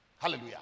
Hallelujah